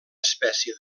espècie